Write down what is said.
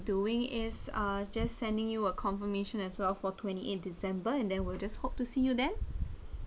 doing is uh just sending you a confirmation as well for twenty eight december and then we'll just hope to see you then